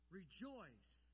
rejoice